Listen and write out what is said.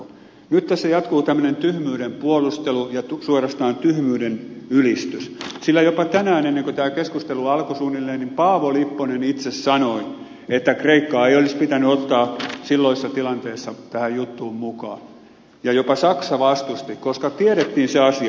nyt tässä jatkuu tämmöinen tyhmyyden puolustelu ja suorastaan tyhmyyden ylistys sillä jopa tänään ennen kun tämä keskustelu alkoi suunnilleen niin itse paavo lipponen sanoi että kreikkaa ei olisi pitänyt ottaa silloisessa tilanteessa tähän juttuun mukaan ja jopa saksa vastusti koska tiedettiin se asia